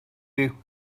you